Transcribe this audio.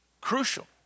crucial